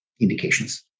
indications